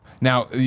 Now